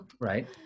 Right